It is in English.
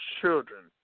children